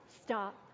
Stop